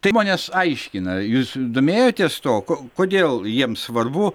žmonės aiškina jūs domėjotės tuo ko kodėl jiems svarbu